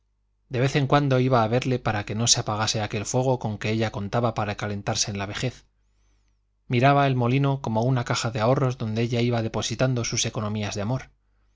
de vez en cuando iba a verle para que no se apagase aquel fuego con que ella contaba para calentarse en la vejez miraba el molino como una caja de ahorros donde ella iba depositando sus economías de amor